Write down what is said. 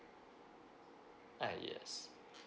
uh yes